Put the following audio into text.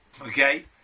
Okay